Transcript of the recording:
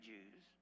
Jews